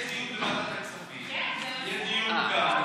יהיה דיון בוועדת הכספים, יהיה דיון כאן,